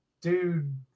dude